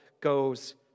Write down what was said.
goes